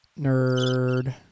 Nerd